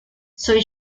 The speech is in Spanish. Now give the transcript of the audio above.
soy